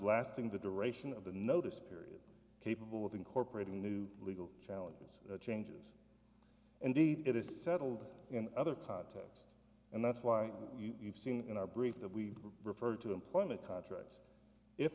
lasting the duration of the notice period capable of incorporating new legal challenges changes and deed it is settled in other contexts and that's why you've seen in our brief that we refer to employment contracts if